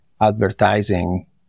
advertising